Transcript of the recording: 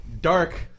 dark